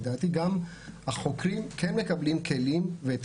לדעתי גם החוקרים כן מקבלים כלים ואת